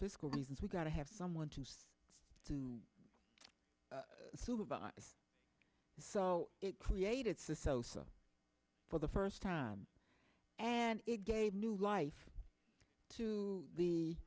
fiscal reasons we got to have someone to do supervise so it created the sofa for the first time and it gave new life to the